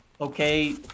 okay